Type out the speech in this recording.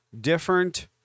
different